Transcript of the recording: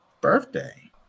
birthday